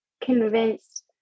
convinced